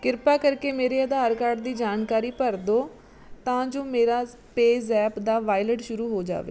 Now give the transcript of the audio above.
ਕ੍ਰਿਪਾ ਕਰਕੇ ਮੇਰੇ ਆਧਾਰ ਕਾਰਡ ਦੀ ਜਾਣਕਾਰੀ ਭਰ ਦਿਓ ਤਾਂ ਜੋ ਮੇਰਾ ਜ਼ ਪੇ ਜ਼ੈਪ ਦਾ ਵਾਇਲਟ ਸ਼ੁਰੂ ਹੋ ਜਾਵੇ